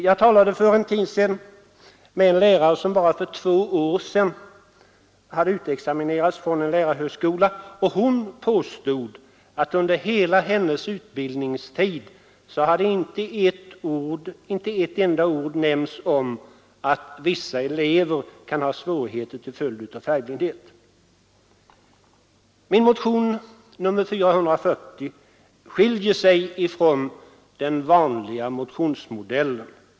Jag talade för en tid sedan med en lärare, som bara för två år sedan hade utexaminerats från en lärarhögskola. Hon påstod att under hela hennes utbildningstid hade inte ett enda ord nämnts om att vissa elever kan ha svårigheter till följd av färgblindhet. Min motion nr 440 skiljer sig från den vanliga motionsmodellen.